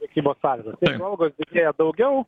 prekybos sąlygos jeigu algos didėja daugiau